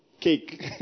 cake